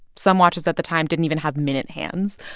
some watches at the time didn't even have minute hands.